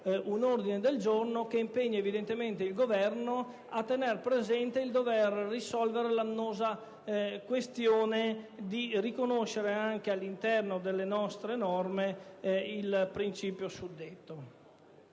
un ordine del giorno che impegna il Governo a tenere presente di dover risolvere l'annosa questione di riconoscere anche all'interno delle nostre norme il principio suddetto.